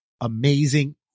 amazing